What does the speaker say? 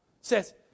says